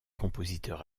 compositeur